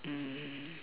mm